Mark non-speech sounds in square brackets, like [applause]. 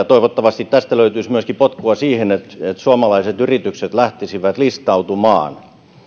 [unintelligible] toivottavasti tästä löytyisi potkua myöskin siihen että suomalaiset yritykset lähtisivät listautumaan esimerkiksi